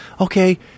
Okay